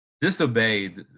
disobeyed